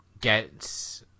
get